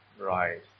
right